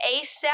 ASAP